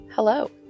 Hello